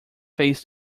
face